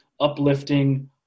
uplifting